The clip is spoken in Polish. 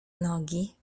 nogi